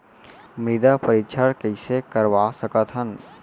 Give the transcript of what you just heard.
मृदा परीक्षण कइसे करवा सकत हन?